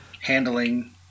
handling